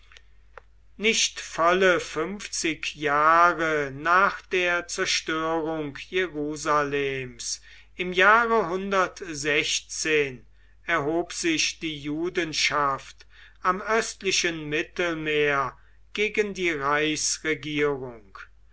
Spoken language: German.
nicht volle fünfzig jahre nach der zerstörung jerusalems im jahre erhob sich die judenschaft am östlichen mittelmeer gegen die reichsregierung